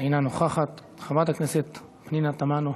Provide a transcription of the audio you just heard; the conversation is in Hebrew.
אינה נוכחת, חברת הכנסת פנינה תמנו,